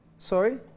Sorry